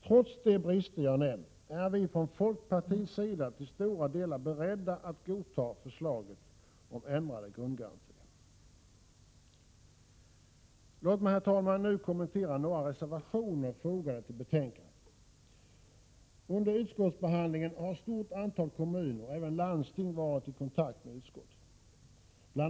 Trots de brister jag nämnt är vi från folkpartiets sida till stora delar beredda att godta förslaget om ändrade grundgarantier. Låt mig, herr talman, nu kommentera några reservationer fogade till betänkandet. Under utskottsbehandlingen har ett stort antal kommuner och även landsting varit i kontakt med utskottet. Bl.